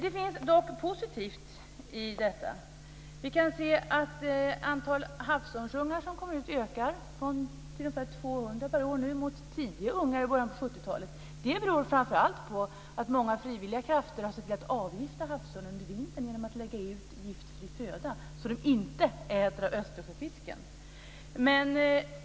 Det finns dock någonting positivt. Det är ungefär 200 per år nu jämfört med 10 ungar i början av 70-talet. Det beror framför allt på att många frivilliga krafter har sett till att avgifta havsörnen under vintern genom att lägga ut giftfri föda, så att den inte äter av Östersjöfisken.